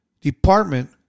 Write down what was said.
department